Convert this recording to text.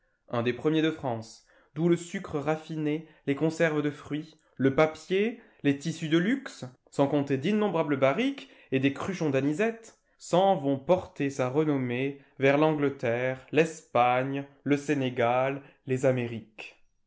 un des premiers de france d'où le sucre raffiné les conserves de fruits le papier les tissus de luxe sans compter d'innombrables barriques et des cruchons d'anisette s'en vont porter sa renommée vers l'angleterre l'espagne le sénégal les amériques